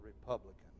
Republican